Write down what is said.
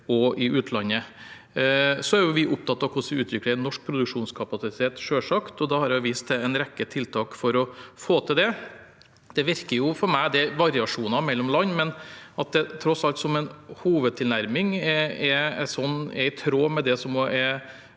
opptatt av hvordan vi utvikler norsk produksjonskapasitet, og da har jeg vist til en rekke tiltak for å få til det. Det virker for meg som at det er variasjoner mellom land, men at det tross alt som en hovedtilnærming er i tråd med det som er